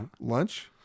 Lunch